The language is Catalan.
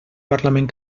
parlament